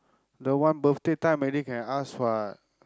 the one birthday time already can ask what